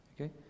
okay